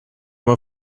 aber